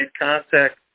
contact